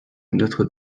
notre